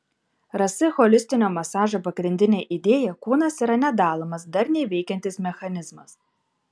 rs holistinio masažo pagrindinė idėja kūnas yra nedalomas darniai veikiantis mechanizmas